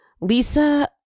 Lisa